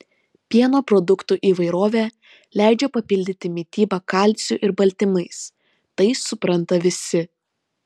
pieno produktų įvairovė leidžia papildyti mitybą kalciu ir baltymais tai supranta visi